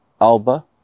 ALBA